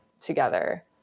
together